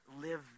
live